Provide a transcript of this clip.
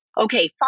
Okay